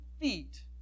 feet